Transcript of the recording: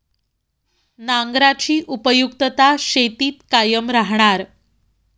नांगराची उपयुक्तता शेतीत कायम राहणार